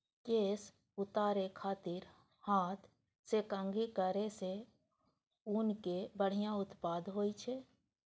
केश उतारै खातिर हाथ सं कंघी करै सं ऊनक बढ़िया उत्पादन होइ छै